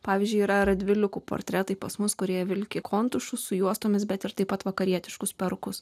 pavyzdžiui yra radviliukų portretai pas mus kurie vilki kontūru sujuostomis bet ir taip pat vakarietiškus parkus